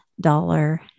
dollar